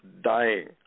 dying